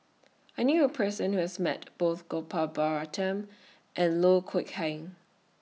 I knew A Person Who has Met Both Gopal Baratham and Loh Kok Heng